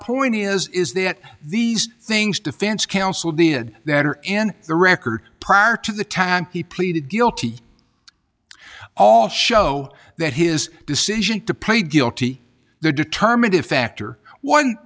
point is is that these things defense counsel did that are in the record prior to the tax he pleaded guilty all show that his decision to plead guilty there determined to factor one